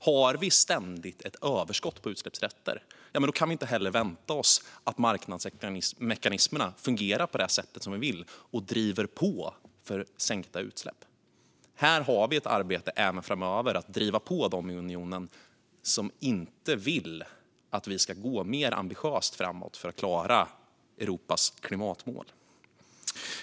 Finns ett ständigt överskott på utsläppsrätter kan vi inte heller vänta oss att marknadsmekanismerna fungerar på det sätt vi vill och driver på för sänkta utsläpp. Här finns ett arbete att även framöver driva på dem i unionen som inte vill gå mer ambitiöst framåt för att klara Europas klimatmål.